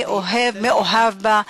אני מאוהב בה.